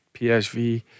PSV